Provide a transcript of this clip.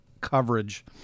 coverage